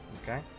Okay